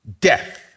death